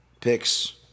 picks